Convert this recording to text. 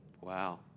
Wow